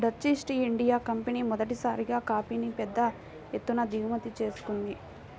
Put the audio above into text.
Dutch East India company మొదటిసారిగా కాఫీని పెద్ద ఎత్తున దిగుమతి చేసుకుంది